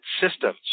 systems